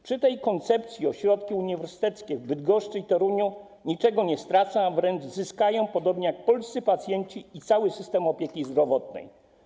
Przy tej koncepcji ośrodki uniwersyteckie w Bydgoszczy i Toruniu niczego nie stracą, a wręcz zyskają, podobnie jak polscy pacjenci i cały system opieki zdrowotnej.